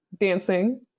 dancing